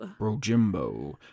Brojimbo